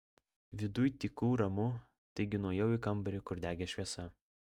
viduj tyku ramu taigi nuėjau į kambarį kur degė šviesa